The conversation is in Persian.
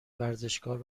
ورزشکار